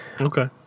Okay